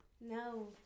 No